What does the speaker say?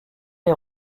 les